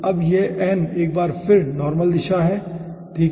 अब यह n एक बार फिर नॉर्मल दिशा है ठीक है